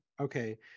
Okay